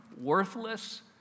worthless